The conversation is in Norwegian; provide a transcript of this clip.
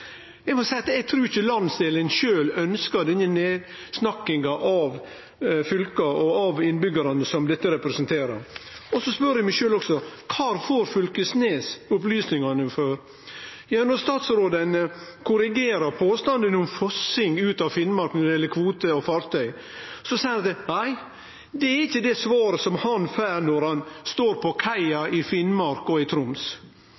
Eg trur ikkje landsdelen sjølv ønskjer denne nedsnakkinga av fylka og av innbyggjarane, som dette representerer. Så spør eg også meg sjølv: Kvar får Knag Fylkesnes opplysningane frå? Når statsråden korrigerer påstanden om «fossing ut av Finnmark», når det gjeld kvotar og fartøy, så seier han at nei, det er ikkje det svaret han får når han står på kaia i Finnmark og i Troms.